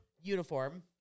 uniform